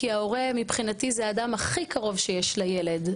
כי ההורה מבחינתי זה האדם הכי קרוב שיש לילד.